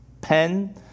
pen